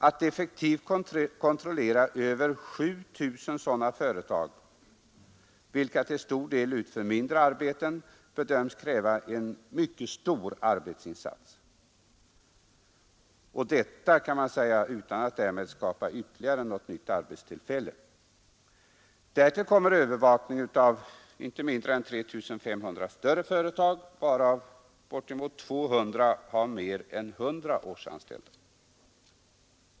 Att effektivt kontrollera över 7 000 sådana företag, vilka till stor del utför mindre arbeten, bedöms kräva en mycket stor arbetsinsats — utan att man därmed har skapat ytterligare något nytt arbetstillfälle. Därtill kommer övervakning av inte mindre än 3 500 större företag, varav bortemot 200 har mer än 100 årsanställda.